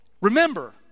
remember